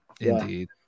Indeed